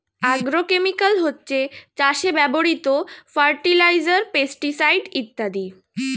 agrochemical হচ্ছে চাষে ব্যবহৃত ফার্টিলাইজার, পেস্টিসাইড ইত্যাদি